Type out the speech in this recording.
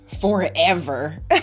forever